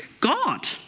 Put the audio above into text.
God